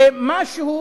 למשהו,